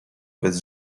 bez